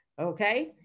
okay